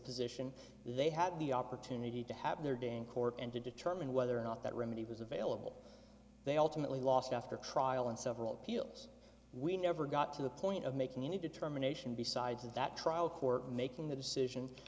position they had the opportunity to have their day in court and to determine whether or not that remedy was available they ultimately lost after a trial and several appeals we never got to the point of making any determination besides that trial court making the decision